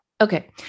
Okay